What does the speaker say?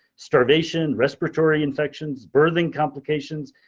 starvation, respiratory infections, breathing complications,